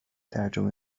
ترجمه